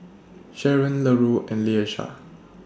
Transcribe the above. Sharon Larue and Leisha